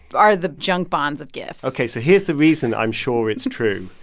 are the junk bonds of gifts ok, so here's the reason i'm sure it's true.